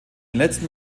letzten